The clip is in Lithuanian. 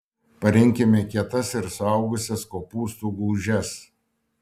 parinkime kietas ir suaugusias kopūstų gūžes